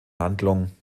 handlung